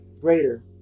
greater